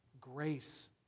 grace